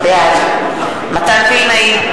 בעד מתן וילנאי,